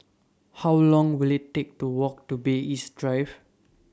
How Long Will IT Take to Walk to Bay East Drive